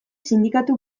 sindikatu